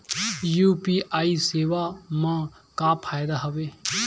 UPI सेवा मा का फ़ायदा हवे?